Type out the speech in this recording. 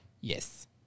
Yes